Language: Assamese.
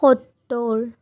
সত্তৰ